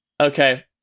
Okay